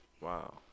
Wow